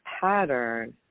pattern